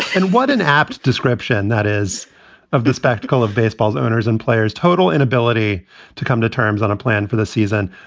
and what an apt description that is of the spectacle of baseball owners and players total inability to come to terms on a plan for the season,